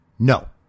No